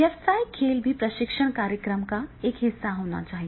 व्यावसायिक खेल भी प्रशिक्षण कार्यक्रम का एक हिस्सा होना चाहिए